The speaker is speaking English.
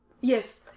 Yes